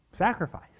Sacrifice